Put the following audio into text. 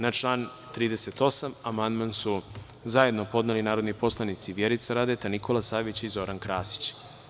Na član 38. amandman su zajedno podneli narodni poslanici Vjerica Radeta, Nikola Savić i Zoran Krasić.